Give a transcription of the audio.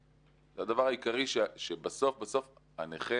זה הדבר העיקרי שבסוף הנכה